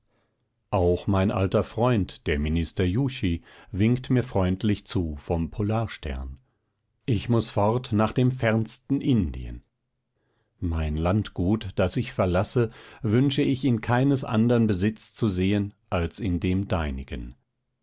auch mein alter freund der minister yuchi winkt mir freundlich zu vom polarstern ich muß fort nach dem fernsten indien mein landgut das ich verlasse wünsche ich in keines andern besitz zu sehen als in dem deinigen